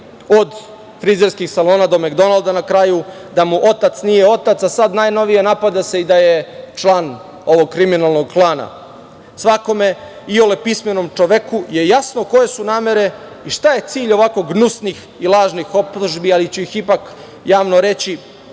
od frizerskog salona do Mekdonalda, da mu otac nije otac, a sada najnovije, napada se i da je član ovog kriminalnog klana. Svakome iole pismenom čoveku je jasno koje su namere i šta je cilj ovih gnusnih laži i optužbi, ali ću ih ipak javno reći,